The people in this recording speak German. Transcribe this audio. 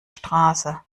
straße